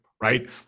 right